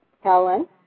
Helen